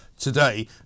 today